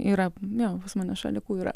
yra jo pas mane šalikų yra